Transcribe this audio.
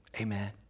Amen